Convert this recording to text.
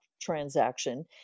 transaction